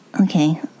Okay